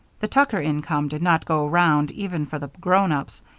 the tucker income did not go round even for the grown-ups,